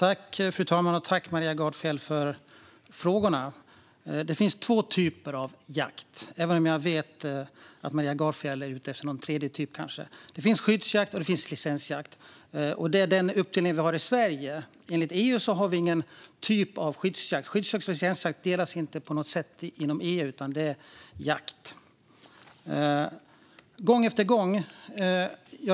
Fru talman! Jag tackar Maria Gardfjell för frågorna. Det finns två typer av jakt, även om jag vet att Maria Gardfjell är ute efter en tredje typ. Det finns skyddsjakt, och det finns licensjakt. Det är den uppdelning som finns i Sverige. Enligt EU finns ingen typ av skyddsjakt. Skyddsjakt och licensjakt delas inte upp på något sätt inom EU, utan det är jakt. Sedan var det uttrycket gång efter gång.